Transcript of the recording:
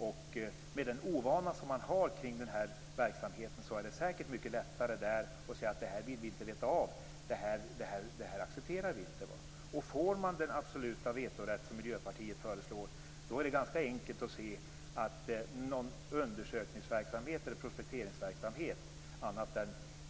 Och med den ovana som man har kring denna verksamhet så är det säkert mycket lättare att där säga att man inte vill veta av detta och att man inte accepterar det. Och om man får den absoluta vetorätt som Miljöpartiet föreslår, då är det ganska enkelt att se att någon undersökningsverksamhet eller prospekteringsverksamhet annat än